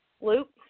loop